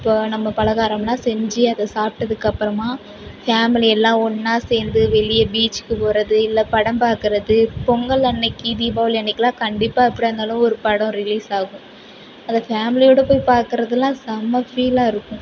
இப்போ நம்ம பலகாரம்லாம் செஞ்சு அதை சாப்பிடதுக்கு அப்புறமா ஃபேமிலி எல்லாம் ஒன்னாக சேர்ந்து வெளியே பீச்சுக்குப் போகிறது இல்லை படம் பார்க்குறது பொங்கல் அன்னக்கு தீபாவளி அன்னக்குலாம் கண்டிப்பாக எப்படியா இருந்தாலும் ஒரு படம் ரிலீஸ் ஆகும் அதை ஃபேமிலியோட போய் பார்க்குறதுலாம் செம ஃபீலாக இருக்கும்